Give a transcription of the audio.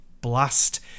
blast